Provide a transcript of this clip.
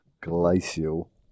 Glacial